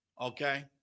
Okay